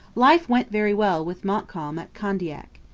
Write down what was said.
life went very well with montcalm at candiac.